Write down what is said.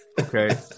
okay